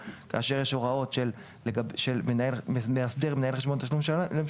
כאשר יש הוראות של מאסדר מנהל חשבון תשלום למשלם,